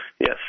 Yes